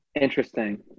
interesting